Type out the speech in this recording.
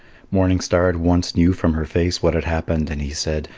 morning star at once knew from her face what had happened, and he said,